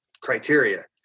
criteria